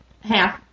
half